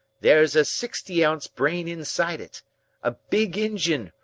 there's a sixty-ounce brain inside it a big engine,